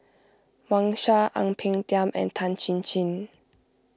Wang Sha Ang Peng Tiam and Tan Chin Chin